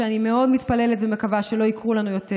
שאני מאוד מתפללת ומקווה שלא יקרו לנו יותר,